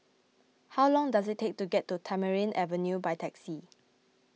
how long does it take to get to Tamarind Avenue by taxi